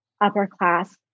Upper-class